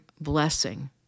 blessing